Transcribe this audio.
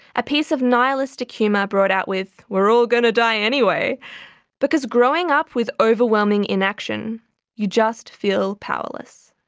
a piece of a nihilistic humour brought out with, we're all going to die anyway because growing up with overwhelming inaction you just feel powerless.